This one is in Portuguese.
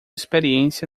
experiência